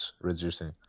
reducing